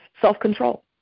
self-control